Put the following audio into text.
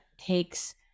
takes